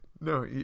No